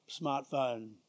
smartphone